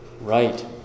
right